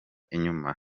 inyuma